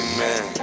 Amen